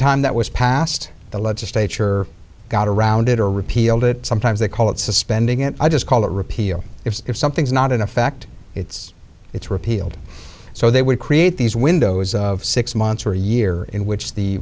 time that was passed the legislature got around it or repealed it sometimes they call it suspending it i just call it repeal it if something's not in effect it's it's repealed so they would create these windows six months or a year in which the